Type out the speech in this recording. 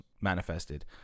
manifested